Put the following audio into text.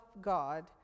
God